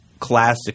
classic